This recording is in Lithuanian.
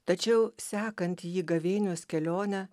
tačiau sekant jį gavėnios kelione